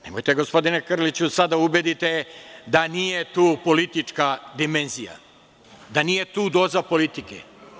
Nemojte, gospodine Krliću, sad da me ubedite da nije tu politička dimenzija, da nije tu doza politike.